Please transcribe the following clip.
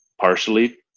partially